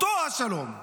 אותו השלום.